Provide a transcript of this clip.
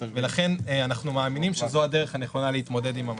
לכן אנחנו מאמינים שזו הדרך הנכונה להתמודד עם המשבר.